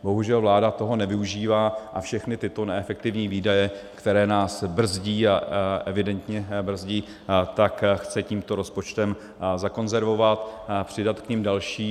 Bohužel vláda toho nevyužívá a všechny tyto neefektivní výdaje, které nás brzdí, a evidentně brzdí, chce tímto rozpočtem zakonzervovat a přidat k nim další.